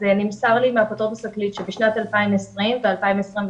אז נמסר לי מהאפוטרופוס הכללי שבשנת 2020, ו-2021,